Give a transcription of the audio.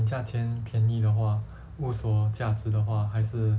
价钱便宜的话物所价值所价值的话还是